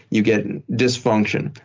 you get dysfunction.